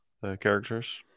characters